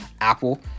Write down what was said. Apple